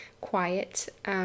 quiet